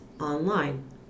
online